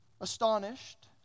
astonished